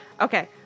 Okay